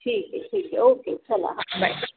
ठीक आहे ठीक आहे ओके चला हां बाय